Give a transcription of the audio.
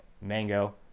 mango